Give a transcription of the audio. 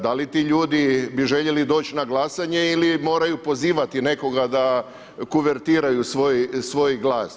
Da li ti ljudi bi željeli doći na glasanje ili moraju pozivati nekoga da kuvertiraju svoj glas?